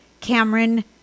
Cameron